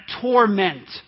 torment